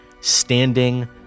standing